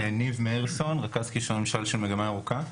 אני רכז קשרי ממשל של מגמה ירוקה.